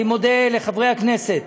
אני מודה לחברי הכנסת,